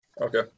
Okay